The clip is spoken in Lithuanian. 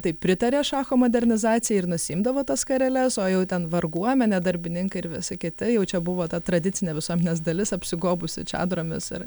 tai pritarė šacho modernizacijai ir nusiimdavo tas skareles o jau ten varguomenė darbininkai ir visi kiti jau čia buvo ta tradicinė visuomenės dalis apsigobusi čiadromis ir